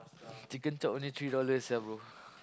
chicken cop only three dollars sia bro